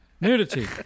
Nudity